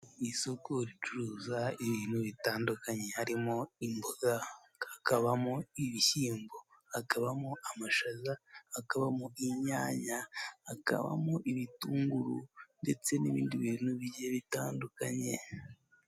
Isoko ricuruza ibintu bitandukanye, harimo imboga, hakabamo ibishyimbo, hakabamo amashaza, hakabamo inyanya, hakabamo ibitunguru ndetse n'ibindi bintu bigiye bitandukanye.